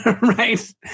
right